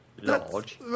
Large